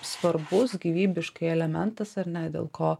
svarbus gyvybiškai elementas ar ne dėl ko